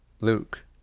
Luke